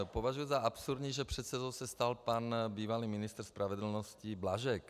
Považuju za absurdní, že předsedou se stal pan bývalý ministr spravedlnosti Blažek.